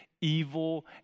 evil